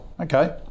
Okay